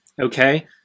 okay